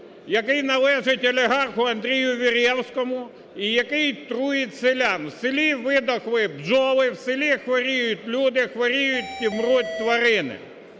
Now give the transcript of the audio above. який належить олігарху Андрію Веревському і який труїть селян. В селі видохли бджоли, в селі хворіють люди, хворіють і мруть тварини.